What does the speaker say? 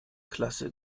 klasse